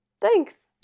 thanks